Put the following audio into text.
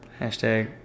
Hashtag